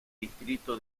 distrito